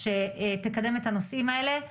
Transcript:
שתקדם את הנושאים האלה.